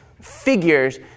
figures